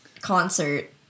Concert